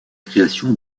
création